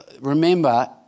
remember